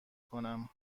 کنم